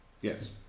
Yes